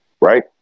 right